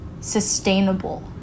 Sustainable